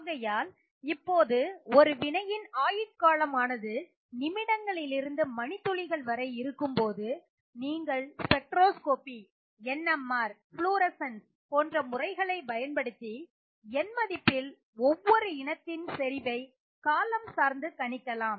ஆகையால் இப்போது ஒரு வினையின் ஆயுட்காலம் ஆனது நிமிடங்களிலிருந்து மணித்துளிகள் வரை இருக்கும்போது நீங்கள் spectroscopy NMR Fluorescence போன்ற முறைகளை பயன்படுத்தி எண் மதிப்பில் ஒவ்வொரு இனத்தின் செறிவை காலம் சார்ந்து கணிக்கலாம்